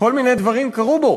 כל מיני דברים קרו בו.